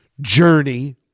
journey